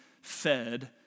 fed